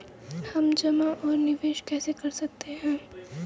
हम जमा और निवेश कैसे कर सकते हैं?